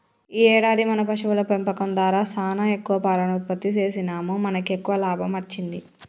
ఈ ఏడాది మన పశువుల పెంపకం దారా సానా ఎక్కువ పాలను ఉత్పత్తి సేసినాముమనకి ఎక్కువ లాభం అచ్చింది